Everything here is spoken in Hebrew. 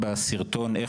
עכשיו הוא בזכות דיבור,